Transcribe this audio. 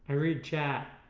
read chat?